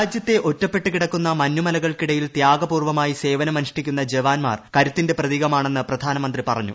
രാജ്യത്തെ ഒറ്റപ്പെട്ടു കിടക്കുന്ന മഞ്ഞുമലകൾക്കിടയിൽ ത്വാഗപൂർവ്വമായി സേവനമനുഷ്ഠിക്കുന്ന ജവാൻമാർ രാജ്യത്ത് കരുത്തിന്റെ പ്രതീകമാണെന്ന് പ്രധാനമന്ത്രി പറഞ്ഞു